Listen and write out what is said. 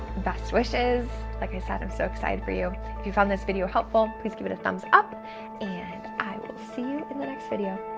best wishes, like i said i'm so excited for you. if you found this video helpful, please give it a thumbs up and i will see you in the next video.